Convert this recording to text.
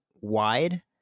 wide